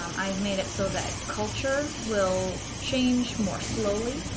um i've made it so that culture will change more slowly,